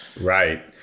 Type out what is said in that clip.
Right